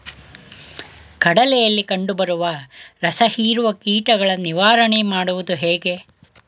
ಕಡಲೆಯಲ್ಲಿ ಕಂಡುಬರುವ ರಸಹೀರುವ ಕೀಟಗಳ ನಿವಾರಣೆ ಮಾಡುವುದು ಹೇಗೆ?